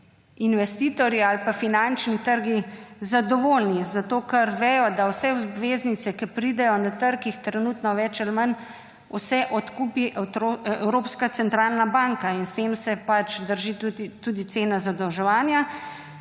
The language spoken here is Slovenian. investitorji ali pa finančni trgi zadovoljni. Zato, ker vedo, da vse obveznice, ki pridejo na trg, jih trenutno več ali manj vse odkupi Evropska centralna banka in s tem se pač drži tudi cena zadolževanja